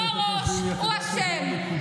הוא הראש, הוא אשם.